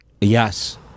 Yes